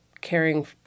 caring